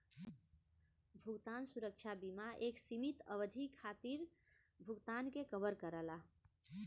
भुगतान सुरक्षा बीमा एक सीमित अवधि खातिर भुगतान के कवर करला